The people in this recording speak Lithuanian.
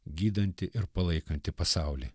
gydanti ir palaikanti pasaulį